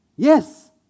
Yes